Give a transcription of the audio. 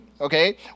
okay